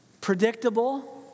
predictable